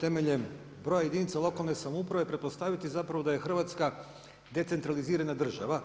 temeljem broja jedinica lokalne samouprave pretpostaviti da je Hrvatska decentralizirana država.